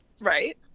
right